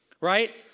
right